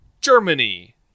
Germany